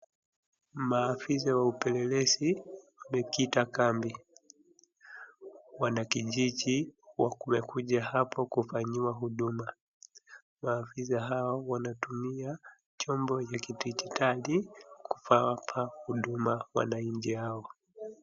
Maafisa wa upelelezi wamekita kambi. Wanakijiji wamekuja hapo kufanyiwa huduma. Maafisa hao wanatumia chombo ya kijiditali kuwapa huduma wananchi hao.